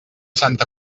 santa